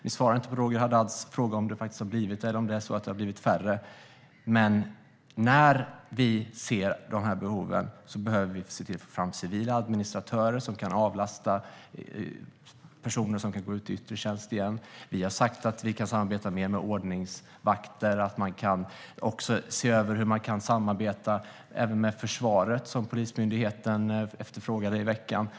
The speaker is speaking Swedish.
Ni svarar inte på Roger Haddads fråga om det faktiskt har blivit fler eller om det har blivit färre. Men när vi ser dessa behov behöver vi se till att få fram civila administratörer som kan avlasta personer som kan gå ut i yttre tjänst igen. Vi har sagt att vi kan samarbeta mer med ordningsvakter. Man kan också se över hur man kan samarbeta med försvaret, som Polismyndigheten efterfrågade i veckan.